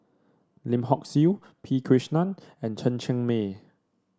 Lim Hock Siew P Krishnan and Chen Cheng Mei